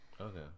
Okay